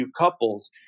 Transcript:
couples